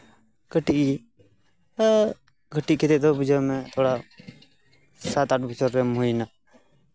ᱠᱟᱹᱴᱤᱪ ᱠᱟᱹᱴᱤᱪ ᱠᱟᱛᱮᱫ ᱫᱚ ᱵᱩᱡᱟᱢ ᱛᱷᱚᱲᱟ ᱥᱟᱛ ᱟᱴ ᱵᱚᱪᱷᱚᱨᱮᱢ ᱦᱩᱭᱮᱱᱟ